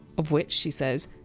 of which she says!